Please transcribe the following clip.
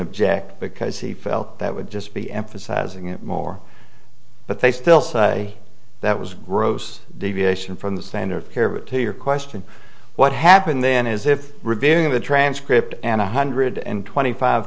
object because he felt that would just be emphasizing it more but they still say that was gross deviation from the standard of care of it to your question what happened then is if reviewing the transcript and a hundred and twenty five